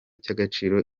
cy’agaciro